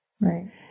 Right